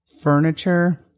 furniture